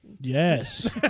Yes